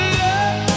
love